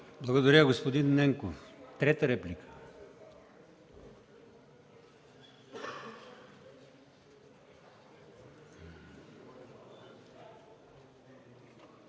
Благодаря. Господин Ненков – трета реплика.